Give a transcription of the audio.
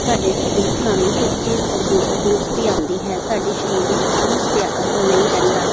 ਸਾਡੇ ਸਰੀਰ ਸਾਨੂੰ ਚੁਸਤੀ ਅਤੇ ਦਰੁਸਤੀ ਆਉਂਦੀ ਹੈ ਸਾਡੇ ਸਰੀਰ ਵਿੱਚ ਆਲਸ ਤਿਆਰ ਨਹੀਂ ਰਹਿੰਦਾ